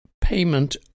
payment